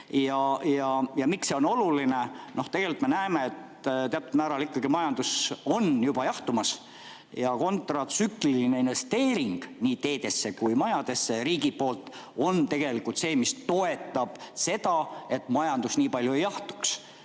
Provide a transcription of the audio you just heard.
Ja miks see on oluline? Tegelikult me näeme, et teatud määral on majandus juba jahtumas ja riigi kontratsükliline investeering nii teedesse kui majadesse on tegelikult see, mis toetab seda, et majandus nii palju ei jahtuks.